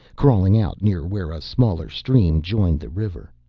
crawling out near where a smaller stream joined the river.